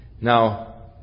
Now